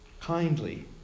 kindly